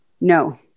no